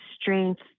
strength